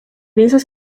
piensas